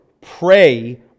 pray